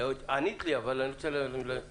ענית לי אבל אני רוצה להשלים: